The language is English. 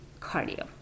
cardio